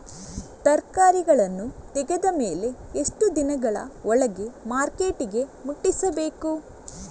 ತರಕಾರಿಗಳನ್ನು ತೆಗೆದ ಮೇಲೆ ಎಷ್ಟು ದಿನಗಳ ಒಳಗೆ ಮಾರ್ಕೆಟಿಗೆ ಮುಟ್ಟಿಸಬೇಕು?